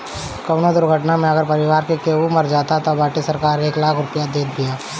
कवनो दुर्घटना में अगर परिवार के केहू मर जात बाटे तअ सरकार एक लाख रुपिया देत बिया